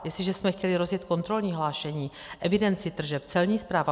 Jestliže jsme chtěli rozjet kontrolní hlášení, evidenci tržeb, Celní správu.